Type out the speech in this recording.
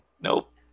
Nope